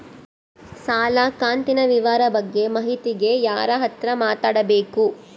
ಸಾಲ ಕಂತಿನ ವಿವರ ಬಗ್ಗೆ ಮಾಹಿತಿಗೆ ಯಾರ ಹತ್ರ ಮಾತಾಡಬೇಕು?